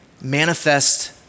manifest